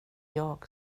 jag